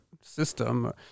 system